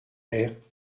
herth